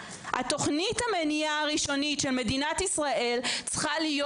תוכנית המניעה הראשונית של מדינת ישראל צריכה להיות